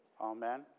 Amen